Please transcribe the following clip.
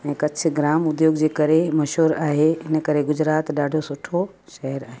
उहा कच्छ ग्राम उद्योग जे करे मशहूरु आहे इन करे गुजरात ॾाढो सुठो शहर आहे